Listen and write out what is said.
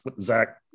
Zach